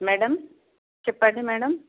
madam చెప్పండి madam